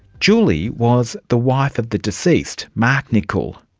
julie was the wife of the deceased, mark nichol,